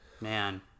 man